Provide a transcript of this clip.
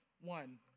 One